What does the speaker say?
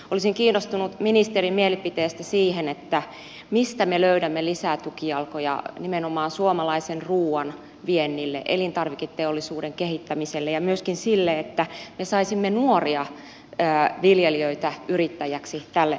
olisin kiinnostunut ministerin mielipiteestä siitä mistä me löydämme lisää tukijalkoja nimenomaan suomalaisen ruuan viennille elintarviketeollisuuden kehittämiselle ja myöskin sille että me saisimme nuoria viljelijöitä yrittäjäksi tälle alalle